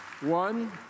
One